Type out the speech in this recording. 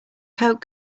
coke